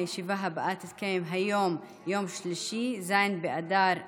הישיבה הבאה תתקיים היום, יום שלישי, ז' באדר א'